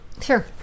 Sure